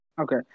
Okay